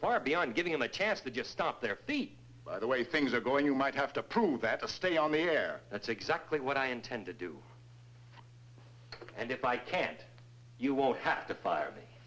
far beyond giving them a chance to just stop their feet the way things are going you might have to prove that to stay on the air that's exactly what i intend to do and if i can't you won't have to fire me